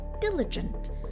diligent